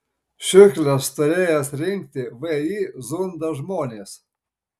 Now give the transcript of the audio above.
šiukšles turėję rinkti vį zunda žmonės